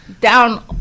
down